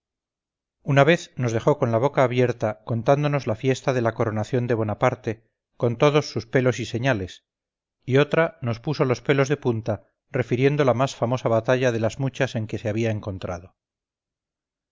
una vez nos dejó con la boca abierta contándonos la fiesta de la coronación de bonaparte con todos sus pelos y señales y otra nos puso los pelos de punta refiriendo la más famosa batalla de las muchas en que se había encontrado